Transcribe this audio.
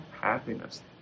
happiness